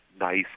nice